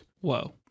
Whoa